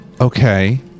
Okay